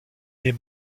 des